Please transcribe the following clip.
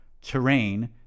terrain